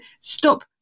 stop